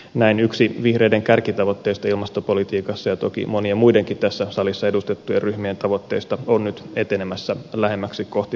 näin yksi vihreiden kärkitavoitteista ilmastopolitiikassa ja toki yksi monien muidenkin tässä salissa edustettujen ryhmien tavoitteista on nyt etenemässä lähemmäksi kohti toteutumistaan